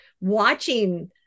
watching